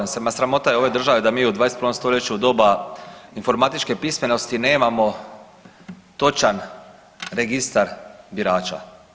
Ma sramota je ove države da mi u 21 stoljeću u doba informatičke pismenosti nemamo točan registar birača.